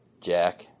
jack